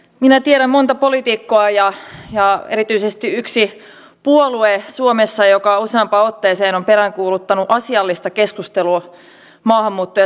minä tiedän monta poliitikkoa ja erityisesti yhden puolueen suomessa joka useampaan otteeseen on peräänkuuluttanut asiallista keskustelua maahanmuutto ja siirtolaispolitiikasta